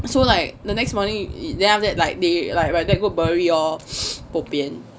so like the next morning then after that like they like right my dad go bury lor bo pian